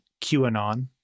QAnon